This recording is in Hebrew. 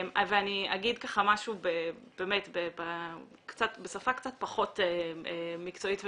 אני אגיד משהו באמת בשפה קצת פחות מקצועית ומנומסת.